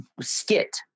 skit